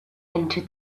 into